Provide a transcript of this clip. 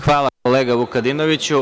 Hvala, kolega Vukadinoviću.